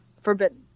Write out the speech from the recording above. forbidden